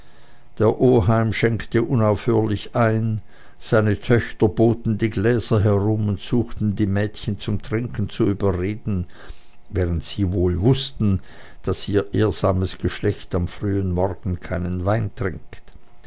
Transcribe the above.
der oheim schenkte unaufhörlich ein seine töchter boten die gläser herum und suchten die mädchen zum trinken zu überreden während sie wohl wußten daß ihr ehrsames geschlecht am frühen morgen keinen wein trinkt